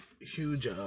huge